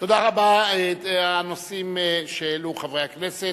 תודה רבה, הנושאים שהעלו חברי הכנסת.